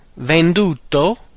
venduto